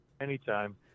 Anytime